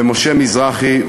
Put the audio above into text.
משה מזרחי,